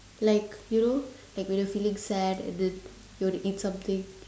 like you know like when you're feeling sad and then you want to eat something